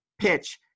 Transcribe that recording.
pitch